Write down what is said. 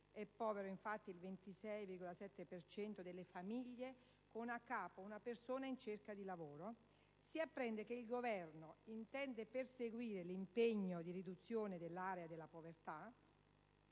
è povero il 26,7% (...) delle famiglie con a capo una persona in cerca di lavoro» si apprende che il Governo intende perseguire l'impegno di riduzione dell'area della povertà